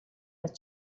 است